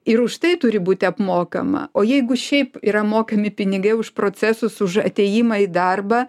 ir už tai turi būti apmokama o jeigu šiaip yra mokami pinigai už procesus už atėjimą į darbą